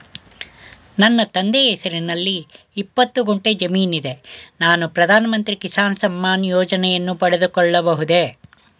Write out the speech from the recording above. ನನ್ನ ತಂದೆಯ ಹೆಸರಿನಲ್ಲಿ ಇಪ್ಪತ್ತು ಗುಂಟೆ ಜಮೀನಿದೆ ನಾನು ಪ್ರಧಾನ ಮಂತ್ರಿ ಕಿಸಾನ್ ಸಮ್ಮಾನ್ ಯೋಜನೆಯನ್ನು ಪಡೆದುಕೊಳ್ಳಬಹುದೇ?